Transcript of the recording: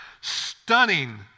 Stunning